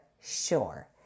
sure